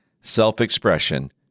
self-expression